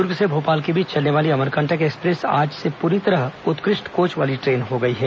दुर्ग से भोपाल के बीच चलने वाली अमरकंटक एक्सप्रेस आज से पूरी तरह उत्कृष्ट कोच वाली ट्रेन हो गई है